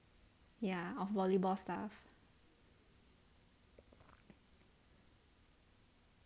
ya of volleyball stuff